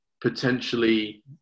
potentially